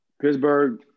Pittsburgh